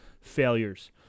failures